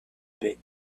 bit